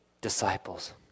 disciples